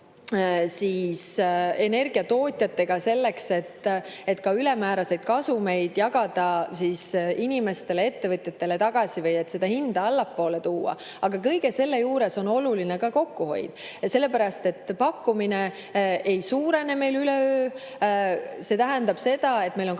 energiatootjatega, et ka ülemääraseid kasumeid jagada inimestele ja ettevõtjatele tagasi või et hinda allapoole tuua. Aga kõige selle juures on oluline ka kokkuhoid, sellepärast et pakkumine ei suurene meil üleöö. See tähendab seda, et meil on